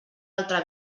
altra